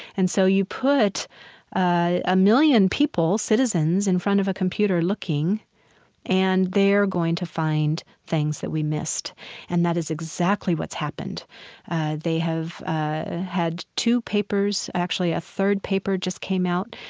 and so you put a million people, citizens, in front of a computer looking and they're going to find things that we missed and that is exactly what's happened they have ah had two papers, actually a third paper just came out,